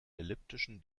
elliptischen